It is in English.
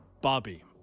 Bobby